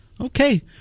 Okay